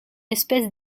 espèce